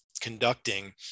conducting